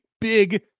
big